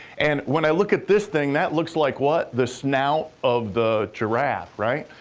and when i look at this thing, that looks like what? the snout of the giraffe, right?